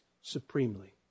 supremely